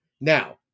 Now